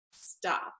stop